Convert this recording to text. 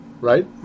right